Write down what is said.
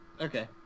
Okay